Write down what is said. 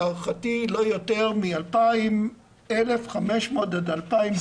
להערכתי לא יותר מ-1,500 עד 2,000 אנשים.